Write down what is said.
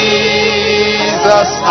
Jesus